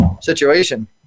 situation